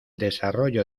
desarrollo